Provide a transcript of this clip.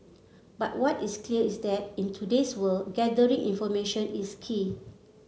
but what is clear is that in today's world gathering information is key